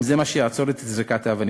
אם זה מה שיעצור את זריקת האבנים.